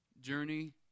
journey